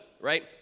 right